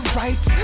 right